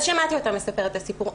אז שמעתי אותה מספרת את הסיפור.